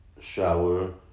shower